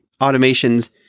automations